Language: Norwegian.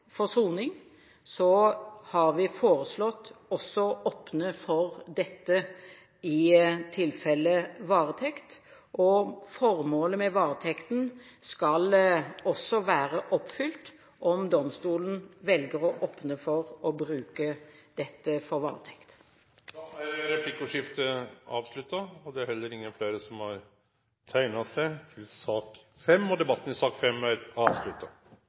for soning, har vi foreslått også å åpne for dette i tilfellet varetekt. Formålet med varetekten skal også være oppfylt om domstolen velger å åpne for å bruke dette for varetekt. Da er replikkordskiftet avslutta. Fleire har ikkje bedt om ordet til sak